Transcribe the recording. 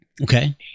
Okay